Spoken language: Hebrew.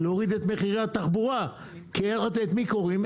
להוריד את מחירי התחבורה כי את מי קורעים?